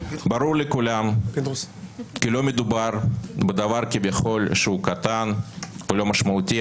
ברור לכולם כי לא מדובר בדבר כביכול קטן ולא משמעותי,